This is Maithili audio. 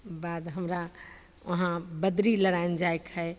ओकर बाद हमरा बद्रीनारायण जाइके हइ